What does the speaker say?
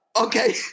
Okay